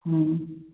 ହୁଁ